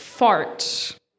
Fart